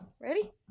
ready